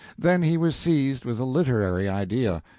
then he was seized with a literary idea,